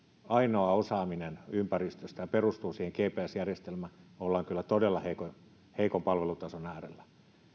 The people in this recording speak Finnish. ainoa osaaminen ympäristöstä perustuu siihen gps järjestelmään ollaan kyllä todella heikon heikon palvelutason äärellä